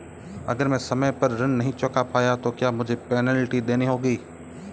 अगर मैं समय पर ऋण नहीं चुका पाया तो क्या मुझे पेनल्टी देनी होगी?